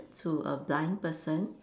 to a blind person